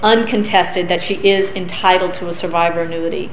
uncontested that she is entitled to a survivor nudi